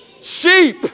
Sheep